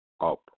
up